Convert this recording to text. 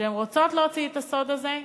הן רוצות להוציא את הסוד הזה,